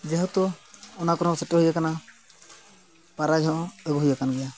ᱡᱮᱦᱮᱛᱩ ᱚᱱᱟ ᱠᱚᱨᱮ ᱦᱚᱸ ᱥᱮᱴᱮᱨ ᱦᱩᱭ ᱟᱠᱟᱱᱟ ᱯᱨᱟᱭᱤᱡᱽ ᱦᱚᱸ ᱟᱹᱜᱩ ᱦᱩᱭ ᱟᱠᱟᱱ ᱜᱮᱭᱟ